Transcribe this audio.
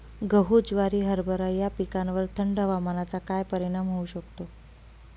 गहू, ज्वारी, हरभरा या पिकांवर थंड हवामानाचा काय परिणाम होऊ शकतो?